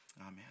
amen